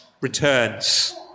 returns